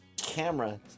camera